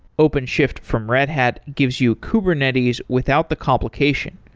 openshift from red hat gives you kubernetes without the complication.